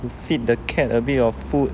you feed the cat a bit of food